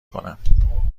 کنم